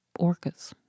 orcas